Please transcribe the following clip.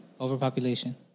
Overpopulation